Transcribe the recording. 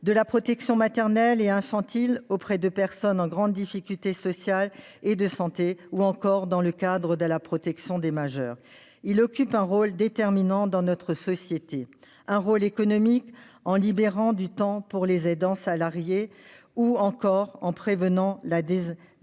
de la protection maternelle et infantile, auprès de personnes en grande difficulté sociale et de santé, ou encore dans le cadre de la protection des majeurs. Il joue un rôle déterminant dans notre société. Un rôle économique, d'abord, en libérant du temps pour les aidants salariés ou en prévenant la désinsertion